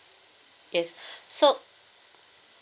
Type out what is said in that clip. yes so